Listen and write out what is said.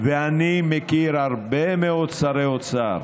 ואני מכיר הרבה מאוד שרי אוצר